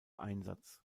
einsatz